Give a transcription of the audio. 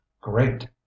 great